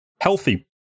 healthy